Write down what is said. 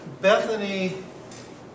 Bethany